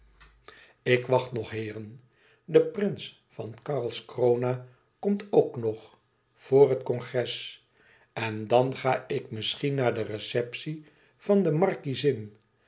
ik wacht nog heeren de prins van karlskrona komt ook nog voor het congres en dan ga ik misschien naar de receptie van de markiezin